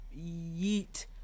yeet